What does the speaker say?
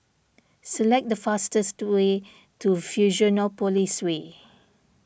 select the fastest way to Fusionopolis Way